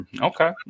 Okay